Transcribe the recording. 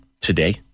today